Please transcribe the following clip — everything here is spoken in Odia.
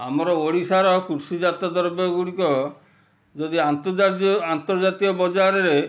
ଆମର ଓଡ଼ିଶାର କୃଷିଜାତ ଦ୍ରବ୍ୟ ଗୁଡ଼ିକ ଯଦି ଆନ୍ତର୍ଜାତୀୟ ଆନ୍ତର୍ଜାତୀୟ ବଜାରରେ